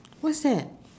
what's that